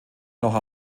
noch